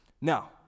Now